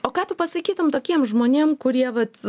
o ką tu pasakytum tokiems žmonėm kurie vat